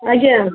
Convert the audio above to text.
ଆଜ୍ଞା